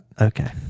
Okay